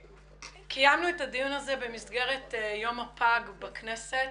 קיימנו את הדיון הזה במסגרת יום הפג בכנסת